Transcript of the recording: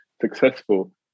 successful